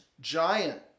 giant